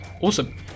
Awesome